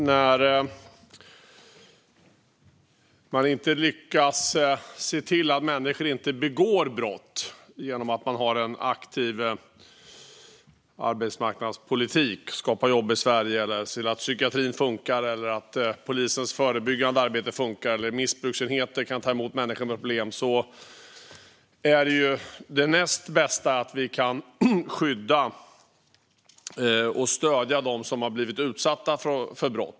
När man inte lyckas se till att människor inte begår brott, genom att man har en aktiv arbetsmarknadspolitik och skapar jobb i Sverige och genom att man ser till att psykiatrin och polisens förebyggande arbete funkar och att missbruksenheter kan ta emot människor med problem, är det näst bästa att man kan skydda och stödja dem som har blivit utsatta för brott.